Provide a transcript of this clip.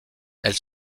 elle